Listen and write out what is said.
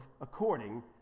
according